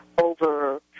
over